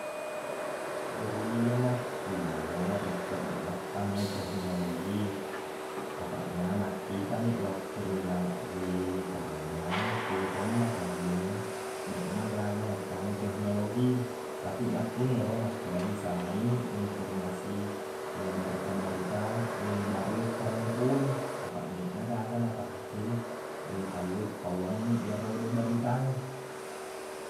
Irulle mattuo rekko deqna tamai teknologi. Apaqna makkitani laoko ri la- ri Kaajang, tuo tomma tauwe, deqma gaga nattamai teknologi. Tapiq makkuniro makkedai isalainiq ko informasi barita-barita barue karomei pole. Apaq deqna gaga napake tauwe pawwangngi iyerodo beritae.